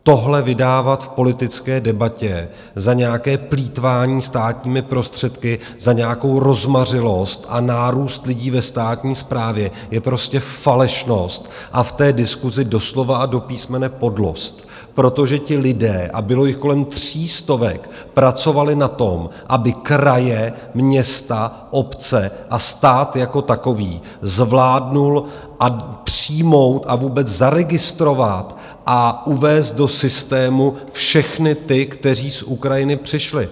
Tohle vydávat v politické debatě za nějaké plýtvání státními prostředky, za nějakou rozmařilost a nárůst lidí ve státní správě, je prostě falešnost a v diskusi doslova a do písmene podlost, protože ti lidé, a bylo jich kolem tří stovek, pracovali na tom, aby kraje, města, obce a stát jako takový zvládl přijmout a vůbec zaregistrovat a uvést do systému všechny ty, kteří z Ukrajiny přišli.